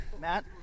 Matt